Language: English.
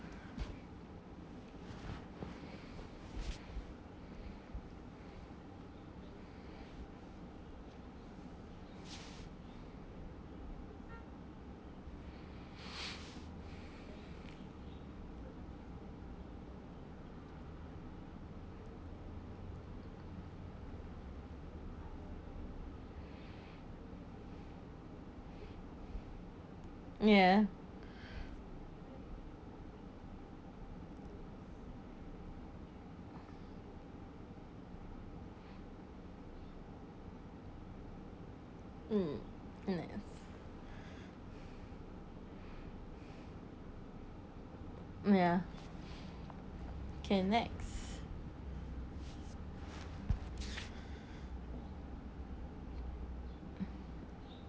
yea um yea okay next